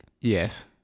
yes